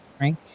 right